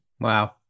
Wow